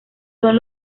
son